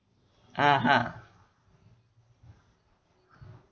(uh huh)